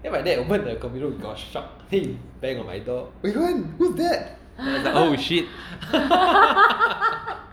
then my dad open the computer room door he got a shock and bang on my door weiwen who's that oh shit